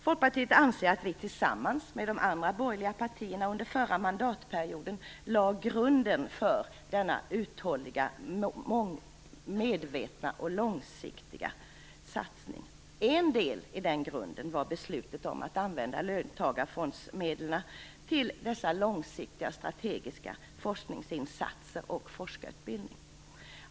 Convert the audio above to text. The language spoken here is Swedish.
Folkpartiet anser att vi tillsammans med de andra borgerliga partierna under den förra mandatperioden lade grunden för denna uthålliga, medvetna och långsiktiga satsning. En del i den grunden var beslutet om att använda löntagarfondsmedlen till dessa långsiktiga och strategiska forskningsinsatser och till forskarutbildning.